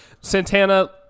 Santana